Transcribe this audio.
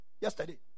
yesterday